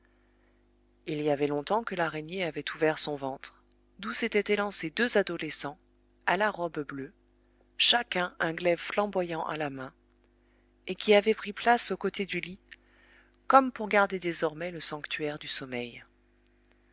il y avait longtemps que l'araignée avait ouvert son ventre d'où s'étaient élancés deux adolescents à la robe bleue chacun un glaive flamboyant à la main et qui avaient pris place aux côtés du lit comme pour garder désormais le sanctuaire du sommeil